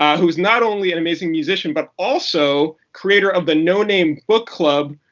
who is not only an amazing musician, but also creator of the noname book club,